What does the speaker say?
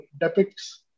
depicts